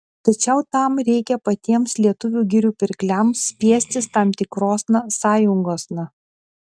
tačiau tam reikia patiems lietuvių girių pirkliams spiestis tam tikrosna sąjungosna